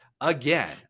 again